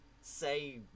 say